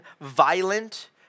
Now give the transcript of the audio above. violent